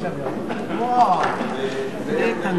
זאב